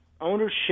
Ownership